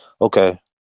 okay